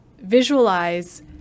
visualize